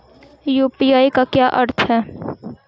UPI का क्या अर्थ है?